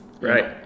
Right